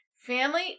Family